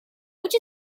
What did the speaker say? which